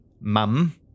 mum